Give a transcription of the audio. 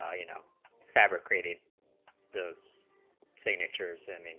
ah you know if ever created those signatures i mean